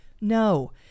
No